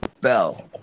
bell